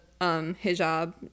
hijab